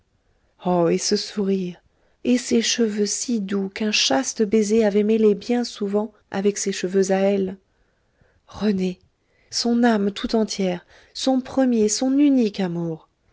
oh et ce sourire et ces cheveux si doux qu'un chaste baiser avait mêlés bien souvent avec ses cheveux à elle rené son âme tout entière son premier son unique amour